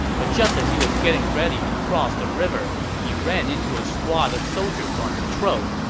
but just as he was getting ready to cross the river, he ran into a squad of soldiers on patrol,